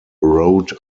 rhode